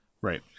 Right